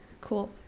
Cool